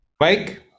Mike